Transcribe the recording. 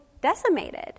decimated